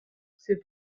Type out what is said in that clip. c’est